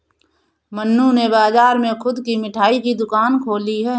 मन्नू ने बाजार में खुद की मिठाई की दुकान खोली है